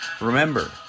Remember